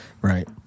right